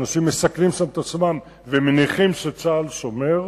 אנשים מסכנים שם את עצמם ומניחים שצה"ל שומר,